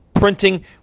Printing